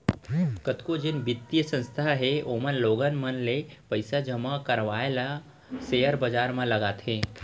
कतको जेन बित्तीय संस्था हे ओमन लोगन मन ले पइसा जमा करवाय ल सेयर बजार म लगाथे